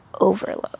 overload